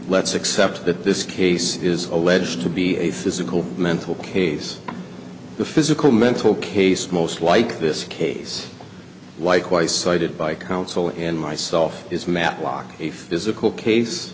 accept that this case is alleged to be a physical mental case the physical mental case most like this case likewise cited by counsel in myself is matlock a physical case